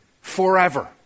forever